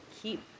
keep